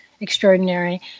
extraordinary